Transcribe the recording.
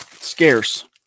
scarce